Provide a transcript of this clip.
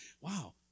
wow